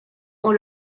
ont